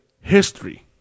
history